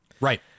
Right